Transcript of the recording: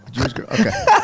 Okay